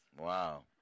Wow